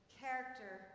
character